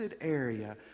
area